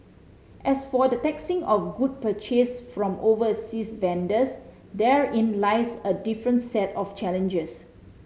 as for the taxing of good purchased from overseas vendors therein lies a different set of challenges